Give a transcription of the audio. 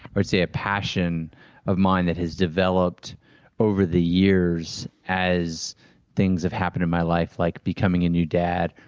i'll say a passion of mine that has developed over the years, as things have happened in my life like becoming a new dad,